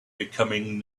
becoming